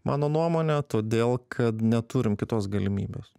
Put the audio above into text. mano nuomone todėl kad neturim kitos galimybės